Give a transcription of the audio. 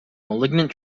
malignant